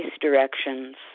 directions